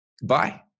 goodbye